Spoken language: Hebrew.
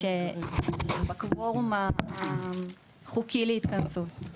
בקוורום החוקי להתכנסות.